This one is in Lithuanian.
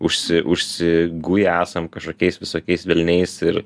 užsi užsiguję esam kašokiais visokiais velniais ir